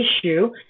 issue